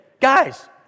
Guys